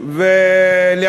לפני שעליתי כאן.